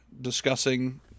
discussing